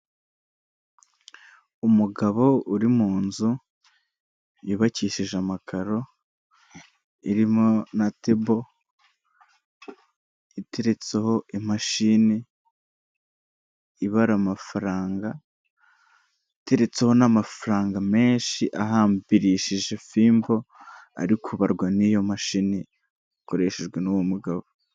Ndabona ibicu by'umweru ndabona ahandi higanjemo ibara ry'ubururu bw'ikirere ndabona inkuta zubakishijwe amatafari ahiye ndabona ibiti binyuze muri izo nkuta ndabona imfungwa cyangwa se abagororwa nta misatsi bafite bambaye inkweto z'umuhondo ubururu n'umukara ndabona bafite ibikoresho by'ubuhinzi n'umusaruro ukomoka ku buhinzi nk'ibihaza ndabona bafite amasuka, ndabona iruhande rwabo hari icyobo.